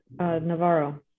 Navarro